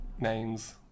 names